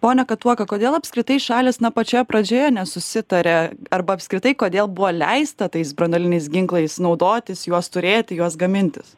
pone katuoka kodėl apskritai šalys na pačioje pradžioje nesusitaria arba apskritai kodėl buvo leista tais branduoliniais ginklais naudotis juos turėti juos gamintis